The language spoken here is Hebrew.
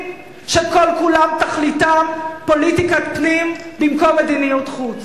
שכל-כולם תכליתם פוליטיקת פנים במקום מדיניות חוץ.